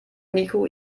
niko